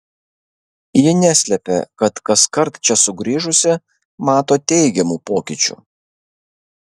ji neslepia kad kaskart čia sugrįžusi mato teigiamų pokyčių